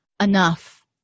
enough